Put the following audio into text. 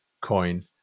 coin